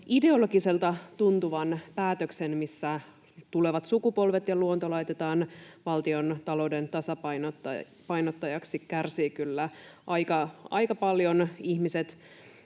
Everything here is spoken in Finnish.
ideologiselta tuntuvasta päätöksestä, missä tulevat sukupolvet ja luonto laitetaan valtiontalouden tasapainottajaksi, kärsivät kyllä aika paljon ihmiset.